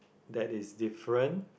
that is different